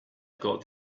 got